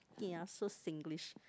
kia so Singlish